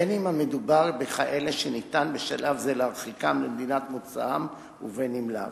בין אם המדובר בכאלה שניתן בשלב זה להרחיקם למדינת מוצאם ובין אם לאו.